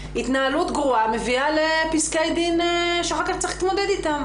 התנהלות גרועה מביאה לפסקי דין שאחר כך צריך להתמודד איתם.